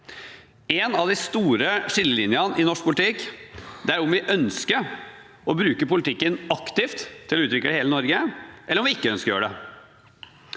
En av de store skillelinjene i norsk politikk er om vi ønsker å bruke politikken aktivt til å utvikle hele Norge, eller om vi ikke ønsker å gjøre det.